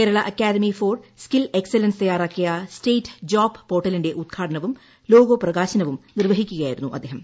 Kerala academy for skill excellence തയ്യാറാക്കിയ state job പോർട്ടലിന്റെ ഉദ്ഘാടനവും ലോഗോ പ്രകാശനവും നിർവ്വഹിക്കുകയായിരുന്നു അദ്ദേഹം